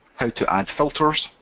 how to add filters,